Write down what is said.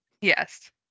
yes